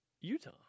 Utah